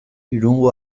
irungo